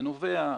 זה נובע,